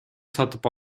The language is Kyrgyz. сатып